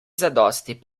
zadosti